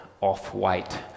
off-white